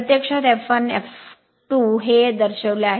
प्रत्यक्षात F1 F1 F2 हे दर्शविले आहे